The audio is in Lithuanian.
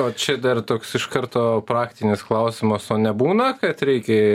o čia dar toks iš karto praktinis klausimas o nebūna kad reikia